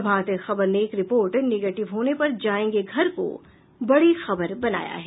प्रभात खबर ने एक report negative होने पर जायेंगे घर को बड़ी खबर बनाया है